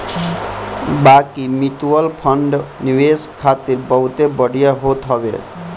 बाकी mutual fund निवेश खातिर बहुते बढ़िया होत हवे